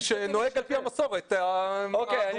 שנוהג על פי המסורת האדומה.